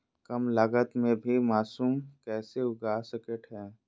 कम लगत मे भी मासूम कैसे उगा स्केट है?